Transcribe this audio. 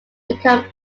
become